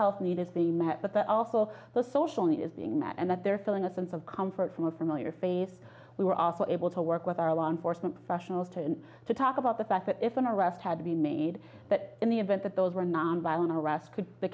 health need is the met but also the social need is being met and that they're feeling a sense of comfort from a familiar face we were also able to work with our law enforcement professionals to and to talk about the fact that if an arrest had been made but in the event that those were nonviolent arrests could the